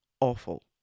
awful